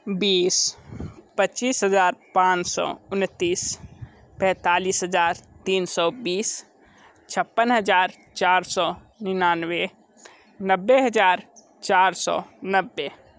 बीस पच्चीस हज़ार पाँच सौ उनतीस पैंतालिस हज़ार तीन सौ बीस छप्पन हज़ार चार सौ निनानवे नब्बे हज़ार चार सौ नब्बे